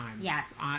Yes